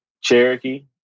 Cherokee